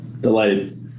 Delighted